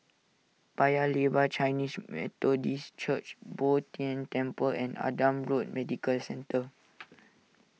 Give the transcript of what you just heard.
Paya Lebar Chinese Methodist Church Bo Tien Temple and Adam Road Medical Centre